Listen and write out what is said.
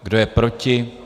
Kdo je proti?